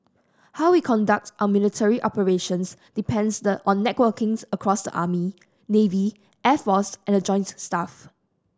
how we conduct our military operations depends the on networking across the army navy air force and the joint staff